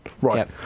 Right